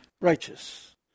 righteous